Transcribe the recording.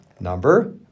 number